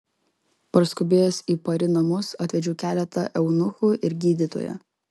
parskubėjęs į pari namus atvedžiau keletą eunuchų ir gydytoją